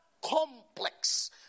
complex